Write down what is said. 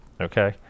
Okay